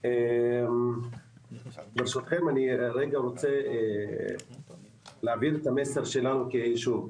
אני רוצה להעביר את המסר של היישוב שלנו.